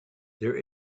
there